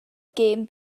gêm